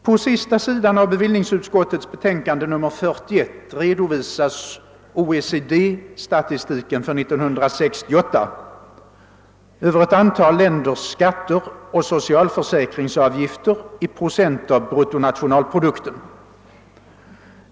På sista sidan av bevillningsutskottets betänkande nr 41 redovisas OECD-statistiken för 1968 över ett antal länders skatter och socialförsäkringsavgifter i procent av bruttonationalprodukten.